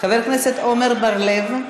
חבר הכנסת עמר בר-לב,